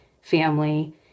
family